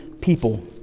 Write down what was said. people